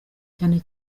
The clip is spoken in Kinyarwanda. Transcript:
cyane